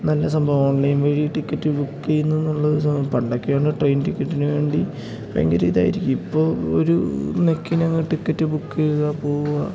നല്ല സംഭവം ഓൺലൈൻ വഴി ടിക്കറ്റ് ബുക്ക് ചെയ്യുന്നു എന്നുള്ളൊരു പണ്ടൊക്കെ ആണെ ട്രെയിൻ ടിക്കറ്റിനു വേണ്ടി ഭയങ്കര ഇതായിരിക്കും ഇപ്പോൾ ഒരു ലക്കിനങ്ങ് ടിക്കറ്റ് ബുക്ക് ചെയ്യുക പോകുക